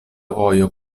vojo